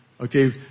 Okay